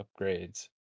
upgrades